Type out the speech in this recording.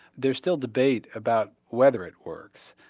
there's still debate about whether it works.